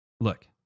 Look